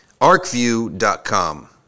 arcview.com